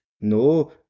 No